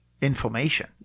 information